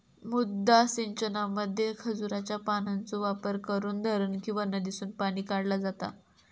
मुद्दा सिंचनामध्ये खजुराच्या पानांचो वापर करून धरण किंवा नदीसून पाणी काढला जाता